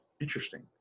interesting